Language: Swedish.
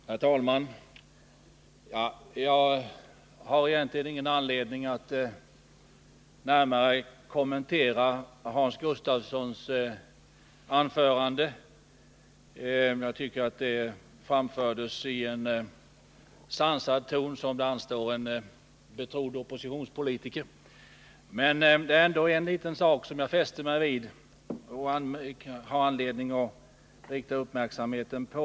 Herr talman! Jag har egentligen ingen anledning att närmare kommentera Hans Gustafssons anförande. Jag tycker att det framfördes i en sansad ton som det anstår en betrodd oppositionspolitiker. Men det är ändå en liten sak som jag fäste mig vid och har anledning att rikta uppmärksamheten på.